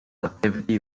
activity